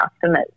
customers